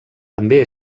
també